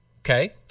Okay